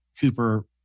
Cooper